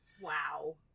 Wow